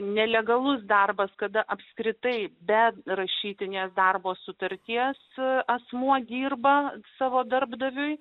nelegalus darbas kada apskritai be rašytinės darbo sutarties asmuo dirba savo darbdaviui